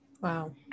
Wow